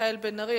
מיכאל בן-ארי,